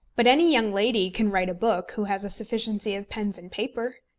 but any young lady can write a book who has a sufficiency of pens and paper.